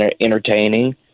entertaining